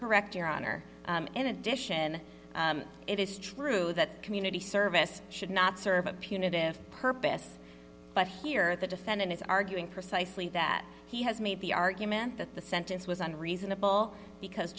correct your honor in addition it is true that community service should not serve a punitive purpose but here the defendant is arguing precisely that he has made the argument that the sentence was on reasonable because